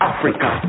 Africa